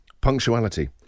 punctuality